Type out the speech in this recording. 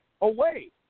away